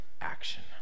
action